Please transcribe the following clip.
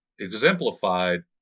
exemplified